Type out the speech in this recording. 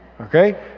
okay